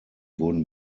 wurden